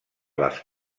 les